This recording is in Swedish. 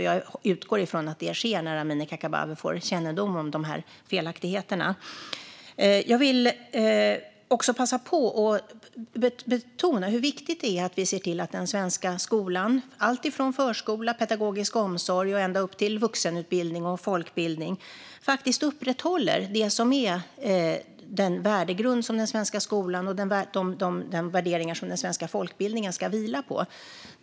Jag utgår från att det också sker när Amineh Kakabaveh får kännedom om felaktigheter. Jag vill passa på och betona hur viktigt det är att vi ser till att den svenska skolan - alltifrån förskola, pedagogisk omsorg ända upp till vuxenutbildning och folkbildning - upprätthåller den värdegrund som den svenska skolan och de värderingar som den svenska folkbildningen ska vila på.